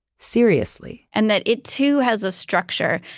seriously and that it too has a structure.